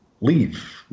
leave